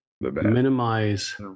minimize